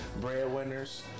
breadwinners